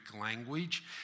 language